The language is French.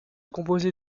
composé